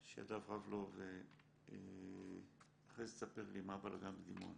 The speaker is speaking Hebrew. שידיו רב לו ואחרי כן תספר לי מה הבלגן בדימונה.